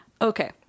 Okay